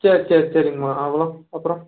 சரி சரி சரிங்கம்மா அப்புறம் அப்புறம்